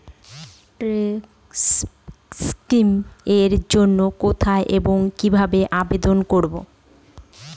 Day scheme এর জন্য কোথায় এবং কিভাবে আবেদন করব?